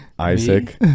Isaac